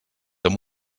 amb